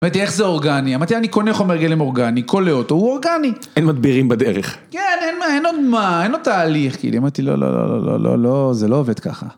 אמרתי איך זה אורגני, אמרתי אני קונה חומר גלם אורגני, קולה אוטו, הוא אורגני. אין מדבירים בדרך. כן, אין מה, אין עוד מה, אין עוד תהליך, כאילו, אמרתי לא, לא, לא, לא, זה לא עובד ככה.